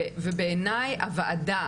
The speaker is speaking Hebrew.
ובעיניי הוועדה,